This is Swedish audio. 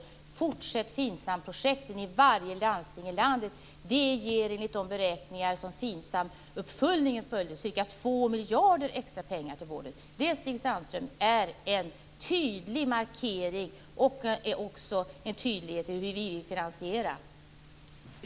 En fortsättning av FINSAM-projektet i varje landsting i landet ger enligt beräkningarna i FINSAM-uppföljningen ca 2 miljarder extra pengar till vården. Det, Stig Sandström, är en tydlig markering. Det visar också tydligt hur vi vill se finansieringen.